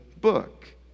book